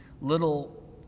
little